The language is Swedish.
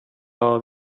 jag